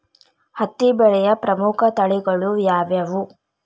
ಹತ್ತಿ ಬೆಳೆಯ ಪ್ರಮುಖ ತಳಿಗಳು ಯಾವ್ಯಾವು?